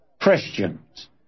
Christians